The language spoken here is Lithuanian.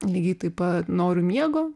lygiai taip pat noriu miego